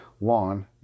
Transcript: lawn